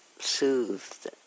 soothed